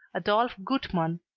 adolphe gutmann,